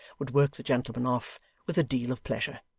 would work the gentleman off with a deal of pleasure.